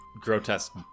grotesque